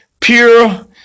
pure